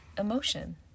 emotion